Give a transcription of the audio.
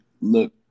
look